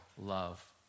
love